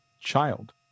child